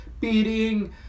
beating